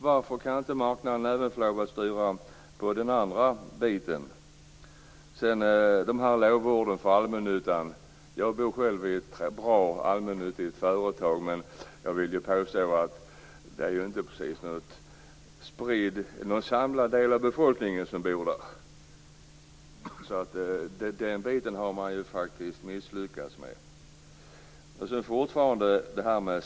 Varför kan inte marknaden få styra även på det allmännyttiga området? Sedan lovorden över allmännyttan. Jag bor själv i en lägenhet som ägs av ett bra allmännyttigt företag. Men det är ju inte precis någon samlad del av befolkningen som hyr av allmännyttan, så den biten har man faktiskt misslyckats med.